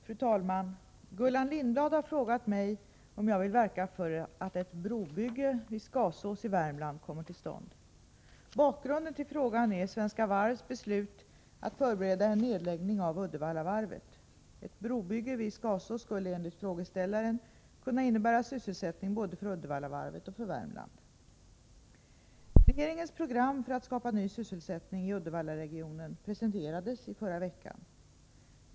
Fru talman! Gullan Lindblad har frågat mig om jag vill verka för att ett brobygge vid Skasås i Värmland kommer till stånd. Bakgrunden till frågan är Svenska Varvs beslut att förbereda en nedläggning av Uddevallavarvet. Ett brobygge vid Skasås skulle enligt frågeställaren kunna innebära sysselsättning både för Uddevallavarvet och för Värmland. Regeringens program för att skapa ny sysselsättning i Uddevallaregionen presenterades i förra veckan.